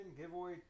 Giveaway